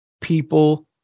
people